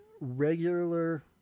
regular